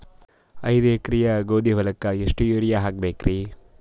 ಐದ ಎಕರಿ ಗೋಧಿ ಹೊಲಕ್ಕ ಎಷ್ಟ ಯೂರಿಯಹಾಕಬೆಕ್ರಿ?